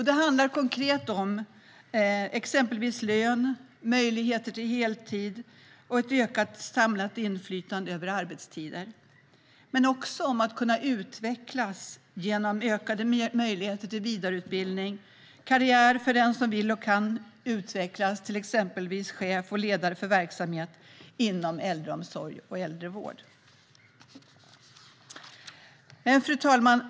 Det handlar konkret om exempelvis lön, möjligheter till heltid och ett ökat samlat inflytande över arbetstider, men också om att kunna utvecklas genom ökade möjligheter till vidareutbildning, liksom till karriär för den som vill och kan utvecklas till exempelvis chef eller ledare för verksamhet inom äldreomsorg eller äldrevård. Fru talman!